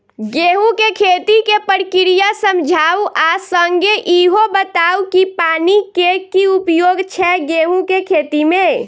गेंहूँ केँ खेती केँ प्रक्रिया समझाउ आ संगे ईहो बताउ की पानि केँ की उपयोग छै गेंहूँ केँ खेती में?